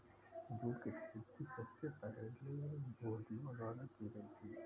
jute की खेती सबसे पहले यहूदियों द्वारा की गयी थी